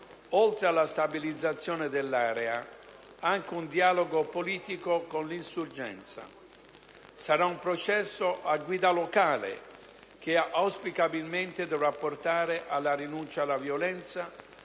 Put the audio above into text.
oltre alla stabilizzazione dell'area, anche un dialogo politico con l'insorgenza. Sarà un processo a guida locale che auspicabilmente dovrà portare alla rinuncia alla violenza,